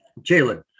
Jalen